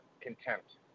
contempt